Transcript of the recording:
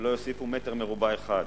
ולא יוסיפו מטר רבוע אחד.